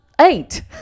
Eight